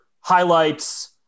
highlights